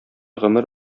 гомер